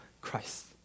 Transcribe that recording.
Christ